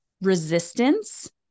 Resistance